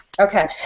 Okay